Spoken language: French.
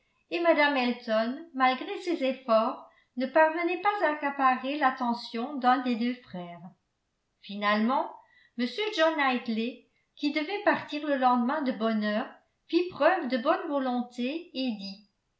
et mme elton malgré ses efforts ne parvenait pas à accaparer l'attention d'un des deux frères finalement m john knightley qui devait partir le lendemain de bonne heure fit preuve de bonne volonté et dit